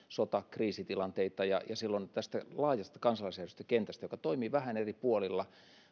sota kriisitilanteita ja silloin tästä laajasta kansalaisjärjestökentästä joka toimii vähän eri puolilla